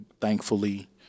thankfully